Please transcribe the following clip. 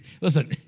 listen